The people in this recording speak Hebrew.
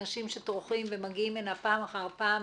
אנשים שטורחים ומגיעים הנה פעם אחר פעם,